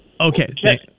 Okay